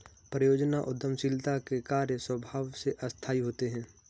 परियोजना उद्यमशीलता के कार्य स्वभाव से अस्थायी होते हैं